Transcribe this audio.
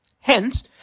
Hence